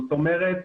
זאת אומרת,